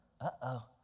Uh-oh